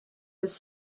his